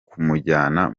kumujyana